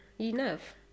enough